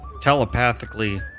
telepathically